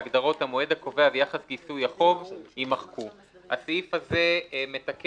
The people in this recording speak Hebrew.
ההגדרות "המועד הקובע" ו"יחס כיסוי החוב" יימחקו." הסעיף הזה מתקן